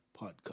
Podcast